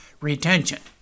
retention